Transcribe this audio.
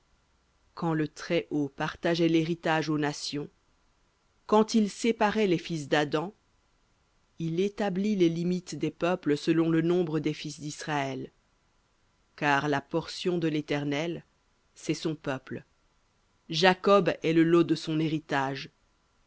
quand le très-haut partageait l'héritage aux nations quand il séparait les fils d'adam il établit les limites des peuples selon le nombre des fils disraël car la portion de l'éternel c'est son peuple jacob est le lot de son héritage